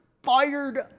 Fired